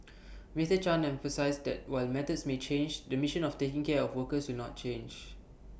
Mister chan emphasised that while methods may change the mission of taking care of workers will not change